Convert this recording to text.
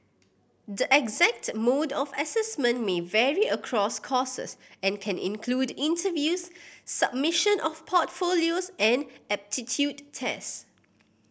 the exact mode of assessment may vary across courses and can include interviews submission of portfolios and aptitude test